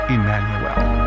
Emmanuel